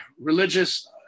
religious